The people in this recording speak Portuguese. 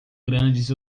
grandes